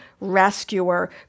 rescuer